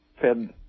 fed